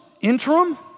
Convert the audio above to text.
interim